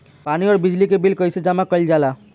पानी और बिजली के बिल कइसे जमा कइल जाला?